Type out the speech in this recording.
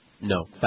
No